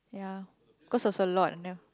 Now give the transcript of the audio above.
ya cause was a lot and then